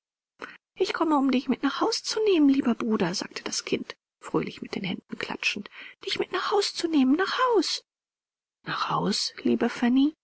ich komme um dich mit nach haus zu nehmen lieber bruder sagte das kind fröhlich mit den händen klatschend dich mit nach haus zu nehmen nach haus nach haus liebe fanny